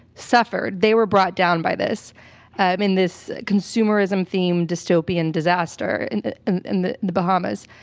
suffered. they were brought down by this um in this consumerism-themed dystopian disaster and and in the the bahamas.